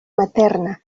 materna